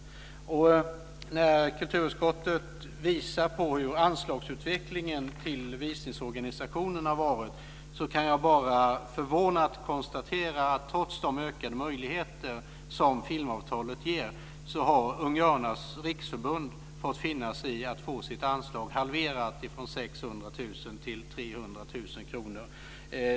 När kulturutskottet visar på hur anslagsutvecklingen till visningsorganisationen har varit kan jag bara förvånat konstatera att trots de ökade möjligheter som filmavtalet ger har Unga Örnars riksförbund fått finna sig i att få sitt anslag halverat från 600 000 till 300 000 kr.